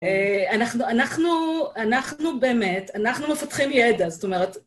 אנחנו באמת, אנחנו מפתחים ידע, זאת אומרת...